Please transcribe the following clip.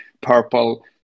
purple